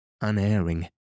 unerring